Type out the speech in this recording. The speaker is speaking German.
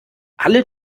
alle